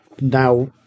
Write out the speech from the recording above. now